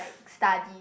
study